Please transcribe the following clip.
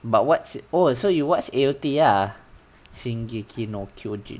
but what's oh so you watch A_O_T ah sing